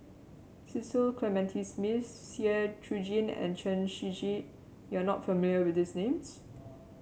Cecil Clementi Smith Seah Eu Chin and Chen Shiji you are not familiar with these names